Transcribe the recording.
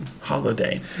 Holiday